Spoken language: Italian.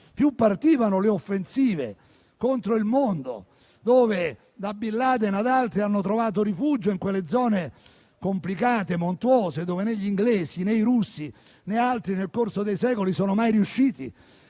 più partivano le offensive contro il mondo e dove, da Bin Laden ad altri, hanno trovato rifugio - in complicate zone montuose, che né gli inglesi, né i russi, né altri nel corso dei secoli sono mai riusciti